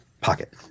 pocket